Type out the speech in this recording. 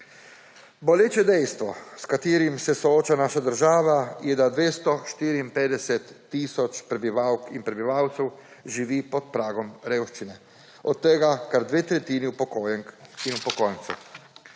Boleče dejstvo, s katerim se sooča naša država, je, da 254 tisoč prebivalk in prebivalcev živi pod pragom revščine, od tega kar dve tretjini upokojenk in upokojencev.